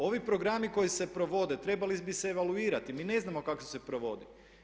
Ovi programi koji se provode trebali bi se evaluirati, mi ne znamo kako se provode.